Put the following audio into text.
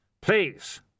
please